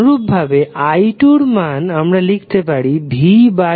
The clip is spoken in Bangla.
অনুরূপভাবে i2 এর জন্য আমরা লিখতে পারি vR2